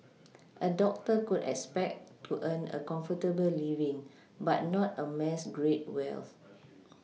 a doctor could expect to earn a comfortable living but not amass great wealth